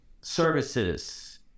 services